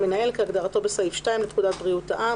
"המנהל" כהגדרתו בסעיף 2 לפקודת בריאות העם,